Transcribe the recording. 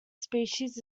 species